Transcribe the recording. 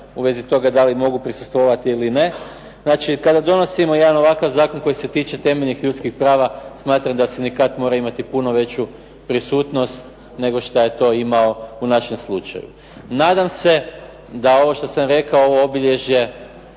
u vezi toga da li mogu prisustvovati ili ne. Znači, kada donosimo jedan ovakav zakon koji se tiče temeljnih ljudskih prava smatram da sindikat mora imati puno veću prisutnost nego što je to imao u našem slučaju. Nadam se da ovo što sam rekao ovo obilježje